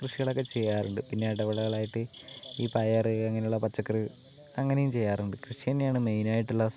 കൃഷികളൊക്കെ ചെയ്യാറുണ്ട് പിന്നെ ഇടവിളകളായിട്ട് ഈ പയർ അങ്ങനെയുള്ള പച്ചക്കറി അങ്ങനെയും ചെയ്യാറുണ്ട് കൃഷിതന്നെയാണ് മെയിനായിട്ടുള്ള സാ